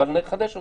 אבל נחדש אותה.